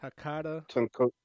Hakata